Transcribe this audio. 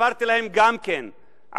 וסיפרתי להם גם על המציאות,